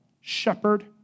shepherd